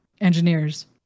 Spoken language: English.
engineers